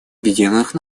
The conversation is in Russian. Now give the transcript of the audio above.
объединенных